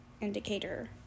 indicator